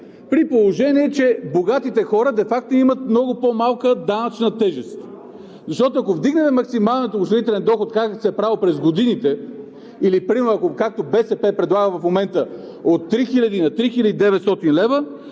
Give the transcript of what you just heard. при положение че богатите хора де факто имат много по-малка данъчна тежест? Защото, ако вдигнем максималния осигурителен доход, както се е правило през годините или както БСП предлага в момента от 3000 на 3900 лв.,